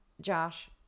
Josh